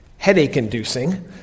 headache-inducing